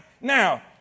Now